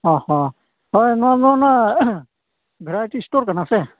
ᱚᱼᱦᱚ ᱦᱳᱭ ᱱᱚᱣᱟ ᱫᱚ ᱚᱱᱟ ᱵᱷᱮᱨᱟᱭᱴᱤ ᱥᱴᱳᱨ ᱠᱟᱱᱟ ᱥᱮ